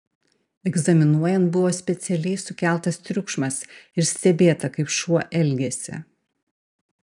egzaminuojant buvo specialiai sukeltas triukšmas ir stebėta kaip šuo elgiasi